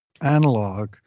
analog